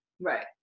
right